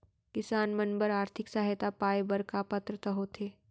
किसान मन बर आर्थिक सहायता पाय बर का पात्रता होथे?